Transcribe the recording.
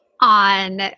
on